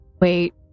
Wait